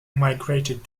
migrated